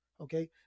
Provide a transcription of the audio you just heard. okay